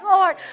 Lord